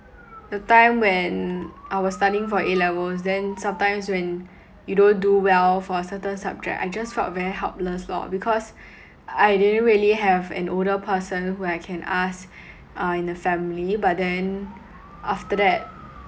the time when I was studying for A levels then sometimes when you don't do well for certain subject I just felt very helpless lor because I didn't really have an older person who I can ask uh in the family but then after that